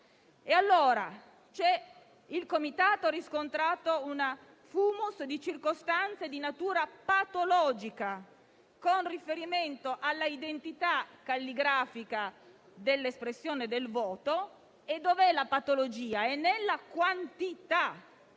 Il Comitato ha riscontrato un *fumus* di circostanze di natura patologica con riferimento alla identità calligrafica dell'espressione del voto. Dov'è la patologia? È nella quantità.